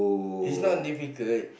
is not difficult